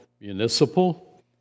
municipal